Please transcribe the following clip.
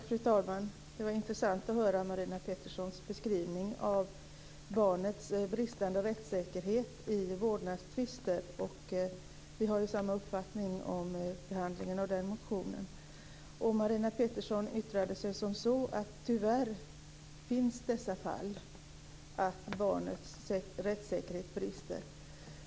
Fru talman! Det var intressant att höra Marina Petterssons beskrivning av barnets bristande rättssäkerhet i vårdnadstvister. Vi har samma uppfattning om behandlingen av den motionen. Marina Pettersson yttrade sig som så, att tyvärr finns dessa fall där barnets rättssäkerhet brister.